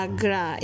Agra